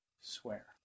swear